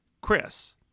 Chris